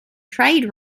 trade